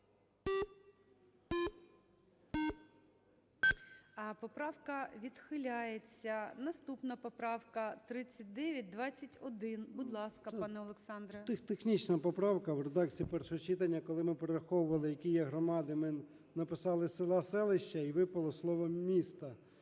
Поправка відхиляється. Наступна поправка - 3921. Будь ласка, пане Олександре. 12:50:17 ЧЕРНЕНКО О.М. Технічна поправка. В редакції першого читання, коли ми перераховували, які є громади, ми написали "села, селища" і випало слово "місто".